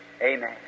amen